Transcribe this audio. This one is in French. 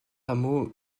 hameau